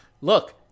look